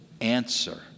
answer